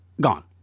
gone